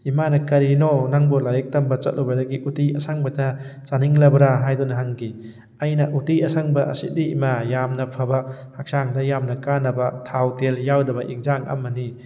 ꯏꯃꯥꯅ ꯀꯔꯤꯅꯣ ꯅꯪꯕꯣ ꯂꯥꯏꯔꯤꯛ ꯇꯝꯕ ꯆꯠꯂꯨꯕꯗꯒꯤ ꯎꯇꯤ ꯑꯁꯪꯕꯇ ꯆꯥꯅꯤꯡꯂꯕ꯭ꯔꯥ ꯍꯥꯏꯗꯨꯅ ꯍꯪꯈꯤ ꯑꯩꯅ ꯎꯇꯤ ꯑꯁꯪꯕ ꯑꯁꯤꯗꯤ ꯏꯃꯥ ꯌꯥꯝꯅ ꯐꯕ ꯍꯛꯆꯥꯡꯗ ꯌꯥꯝꯅ ꯀꯥꯟꯅꯕ ꯊꯥꯎ ꯇꯦꯜ ꯌꯥꯎꯗꯕ ꯏꯟꯖꯥꯡ ꯑꯃꯅꯤ